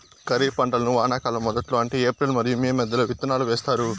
ఖరీఫ్ పంటలను వానాకాలం మొదట్లో అంటే ఏప్రిల్ మరియు మే మధ్యలో విత్తనాలు వేస్తారు